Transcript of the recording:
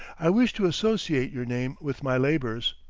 i wish to associate your name with my labors.